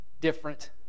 different